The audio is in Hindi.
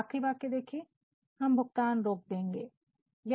आखिरी वाक्य देखिए ' हम भुगतान रोक देंगे'